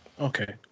Okay